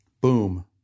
Boom